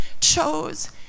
chose